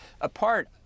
Apart